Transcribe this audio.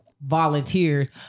volunteers